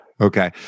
Okay